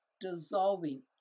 dissolving